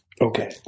Okay